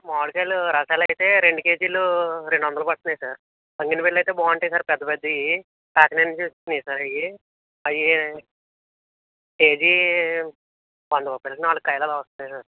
మామిడికాయలు రసాలు అయితే రెండు కేజీలు రెండు వందలు పడుతున్నాయి సార్ బంగిని పల్లి అయితే బాగుంటాయి సార్ పెద్దపెద్దవి కాకినాడ నుంచి వచ్చినాయి సార్ అవి కేజీ వంద రూపాయలకి నాలుగు కాయలు అలా వస్తాయి సార్